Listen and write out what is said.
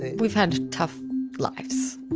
we've had tough lives,